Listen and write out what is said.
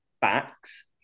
facts